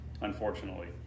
unfortunately